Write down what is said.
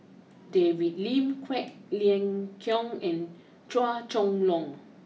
David Lim Quek Ling Kiong and Chua Chong long